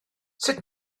sut